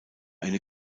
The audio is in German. eine